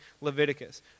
Leviticus